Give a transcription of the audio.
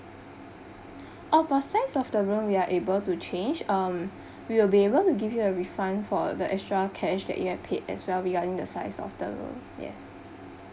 orh for size of the room we are able to change um we will be able to give you a refund for the extra cash that you have paid as well regarding the size of the room yes